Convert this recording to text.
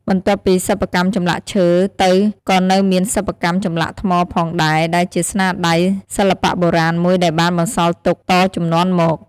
បន្ទាប់ពីសិប្បកម្មចម្លាក់ឈើទៅក៏នៅមានសិប្បកម្មចម្លាក់ថ្មផងដែរដែលជាស្នាដៃ សិល្បៈបុរាណមួយដែលបានបន្សល់ទុកតជំនាន់មក។